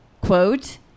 quote